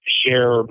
share